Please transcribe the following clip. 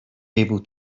able